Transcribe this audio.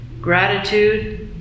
gratitude